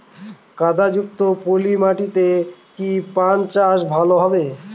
কাদা যুক্ত পলি মাটিতে কি পান চাষ ভালো হবে?